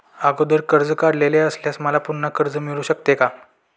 अगोदर कर्ज काढलेले असल्यास मला पुन्हा कर्ज मिळू शकते का?